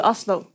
Oslo